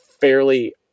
fairly